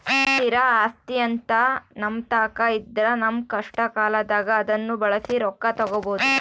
ಸ್ಥಿರ ಆಸ್ತಿಅಂತ ನಮ್ಮತಾಕ ಇದ್ರ ನಮ್ಮ ಕಷ್ಟಕಾಲದಾಗ ಅದ್ನ ಬಳಸಿ ರೊಕ್ಕ ತಗಬೋದು